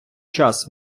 час